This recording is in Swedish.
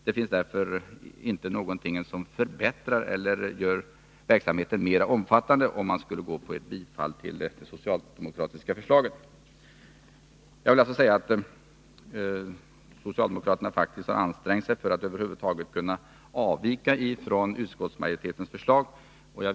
Det finns därför ingenting i den socialdemokratiska reservationen som förbättrar eller gör verksamheten mer omfattande, och det finns således inte skäl att bifalla den. Jag vill alltså påstå att socialdemokraterna faktiskt har ansträngt sig för att över huvud taget kunna avvika från utskottsmajoritetens förslag.